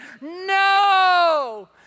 no